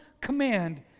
command